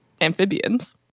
amphibians